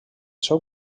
seu